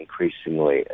increasingly